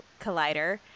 collider